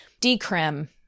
Decrim